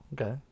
Okay